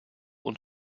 und